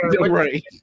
right